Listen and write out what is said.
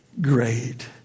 great